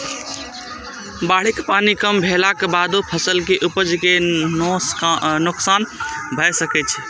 बाढ़िक पानि कम भेलाक बादो फसल के उपज कें नोकसान भए सकै छै